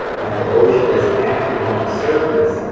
and the ocean is active on the surface,